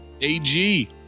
AG